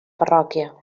parròquia